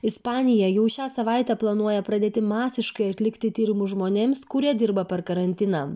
ispanija jau šią savaitę planuoja pradėti masiškai atlikti tyrimus žmonėms kurie dirba per karantiną